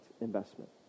investment